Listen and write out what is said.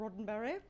Roddenberry